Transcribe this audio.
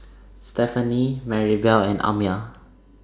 Stefani Marybelle and Amya